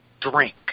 drink